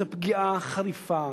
זו פגיעה חריפה